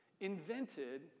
invented